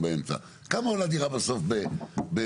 כמה עולה דירה בסוף בפריפריה,